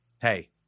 Hey